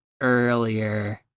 earlier